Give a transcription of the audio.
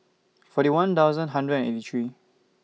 forty one thousand hundred and eighty three